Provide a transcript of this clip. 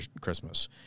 Christmas